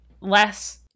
less